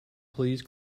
please